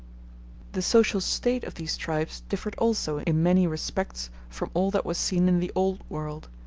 the social state of these tribes differed also in many respects from all that was seen in the old world.